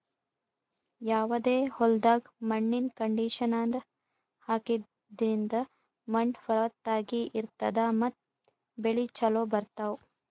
ಯಾವದೇ ಹೊಲ್ದಾಗ್ ಮಣ್ಣಿನ್ ಕಂಡೀಷನರ್ ಹಾಕದ್ರಿಂದ್ ಮಣ್ಣ್ ಫಲವತ್ತಾಗಿ ಇರ್ತದ ಮತ್ತ್ ಬೆಳಿ ಚೋಲೊ ಬರ್ತಾವ್